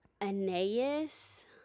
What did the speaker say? Aeneas